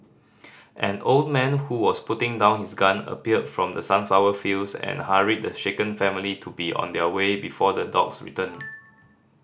an old man who was putting down his gun appeared from the sunflower fields and hurried the shaken family to be on their way before the dogs return